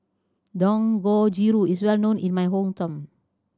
dangojiru is well known in my hometown